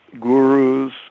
gurus